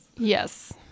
Yes